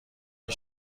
های